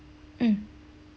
mm